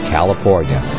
California